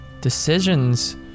decisions